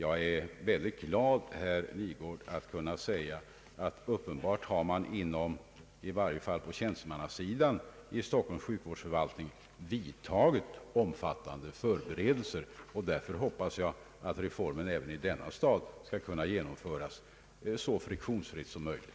Jag är mycket glad, herr Lidgard, att kunna säga att man uppenbarligen i varje fall på tjänstemannasidan vid Stockholms stads sjukvårdsförvaltning vidtagit omfattande förberedelser. Därför hoppas jag att reformen även i denna stad skall kunna genomföras så friktionsfritt som möjligt.